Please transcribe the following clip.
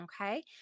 okay